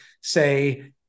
say